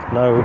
no